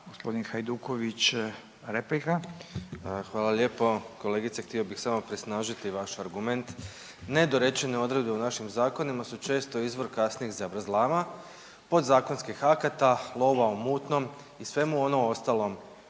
Domagoj (SDP)** Hvala lijepo. Kolegice, htio bih samo presnažiti vaš argument. Nedorečene odredbe u našim zakonima su često izvor kasnijih zavrzlama, podzakonskih akata, lova u mutnom i svemu ono ostalom